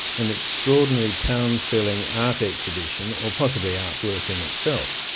an extraordinary town-filling art exhibition, or possibly art-work in itself.